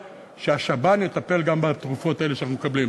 שהשב"ן יטפל גם בתרופות האלה שאנחנו מקבלים.